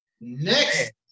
Next